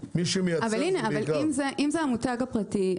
אם זה המותג הפרטי,